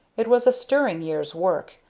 it was a stirring year's work,